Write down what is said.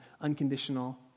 unconditional